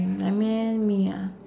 mm I mean me ya